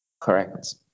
Correct